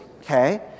Okay